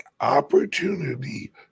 opportunity